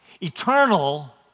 eternal